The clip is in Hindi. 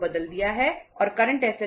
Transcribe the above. पहले यह 5400 और 8600 था